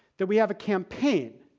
that we have a campaign,